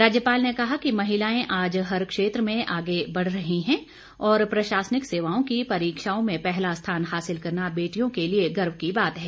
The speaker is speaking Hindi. राज्यपाल ने कहा कि महिलाएं आज हर क्षेत्र में आगे बढ़ रही हैं और प्रशासनिक सेवाओं की परीक्षाओं में पहला स्थान हासिल करना बेटियों के लिए गर्व की बात है